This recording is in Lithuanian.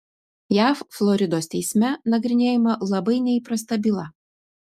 jav floridos teisme nagrinėjama labai neįprasta byla